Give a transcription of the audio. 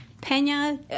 Pena